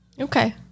Okay